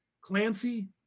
clancy